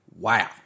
wow